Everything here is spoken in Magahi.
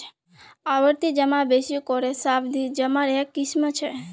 आवर्ती जमा बेसि करे सावधि जमार एक किस्म छ